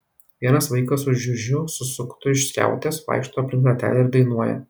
vienas vaikas su žiužiu susuktu iš skiautės vaikšto aplink ratelį ir dainuoja